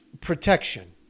protection